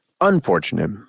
unfortunate